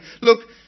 look